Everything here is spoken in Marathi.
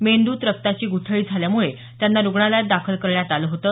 मेंद्रत रक्ताची गुठळी झाल्यामुळे त्यांना रुग्णालयात दाखल करण्यात आलं होतं